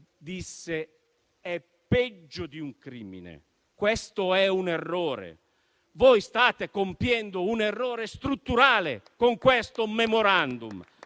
disse: è peggio di un crimine. Questo è un errore. Voi state compiendo un errore strutturale con questo *memorandum*: